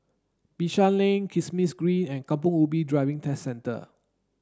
Bishan Lane Kismis Green and Kampong Ubi Driving Test Centre